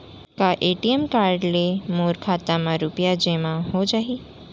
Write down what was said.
का ATM card ले मोर खाता म रुपिया जेमा हो जाही?